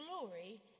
glory